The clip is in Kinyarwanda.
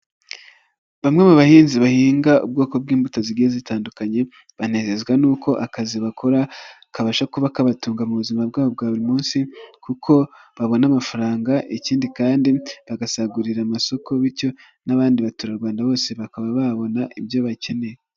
Bamwe mu bahinzi bahinga ubwoko bw'imbuto zigiye zitandukanye banezezwa n'uko akazi bakora kabasha kuba kabatunga mu buzima bwabo bwa buri munsi kuko babona amafaranga ikindi kandi bagasagurira amasoko, bityo n'abandi baturarwanda bose bakaba babona ibyo bakeneye.